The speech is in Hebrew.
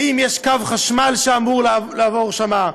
אם יש קו חשמל שאמור לעבור שם,